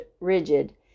rigid